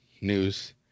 news